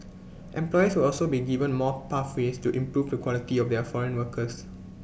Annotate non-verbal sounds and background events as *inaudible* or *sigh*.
*noise* employers will also be given more pathways to improve the quality of their foreign workers